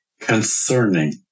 concerning